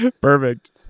Perfect